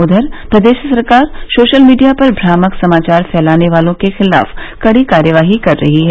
उधर प्रदेश सरकार सोशल मीडिया पर भ्रामक समाचार फैलाने वालों के खिलाफ कड़ी कार्रवाई कर रही है